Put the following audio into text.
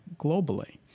globally